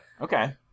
Okay